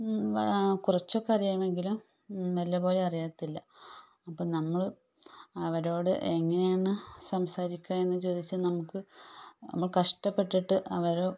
കുറച്ചൊക്കെ അറിയാമെങ്കിലും നല്ല പോലെ അറിയില്ല അപ്പം നമ്മൾ അവരോട് എങ്ങനെയാണ് സംസാരിക്കുക എന്ന് ചോദിച്ചാൽ നമുക്ക് നമ്മൾ കഷ്ടപ്പെട്ടിട്ട് അവർ